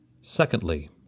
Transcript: Secondly